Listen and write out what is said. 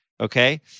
Okay